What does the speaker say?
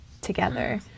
together